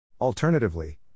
Alternatively